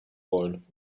wollen